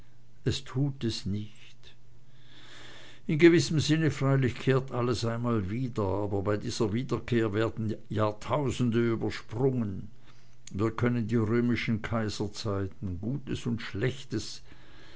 es tut es nicht in gewissem sinne freilich kehrt alles einmal wieder aber bei dieser wiederkehr werden jahrtausende übersprungen wir können die römischen kaiserzeiten gutes und schlechtes